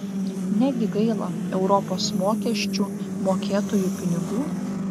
negi gaila europos mokesčių mokėtojų pinigų